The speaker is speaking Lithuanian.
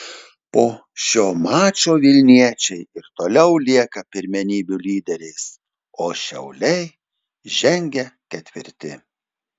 po šio mačo vilniečiai ir toliau lieka pirmenybių lyderiais o šiauliai žengia ketvirti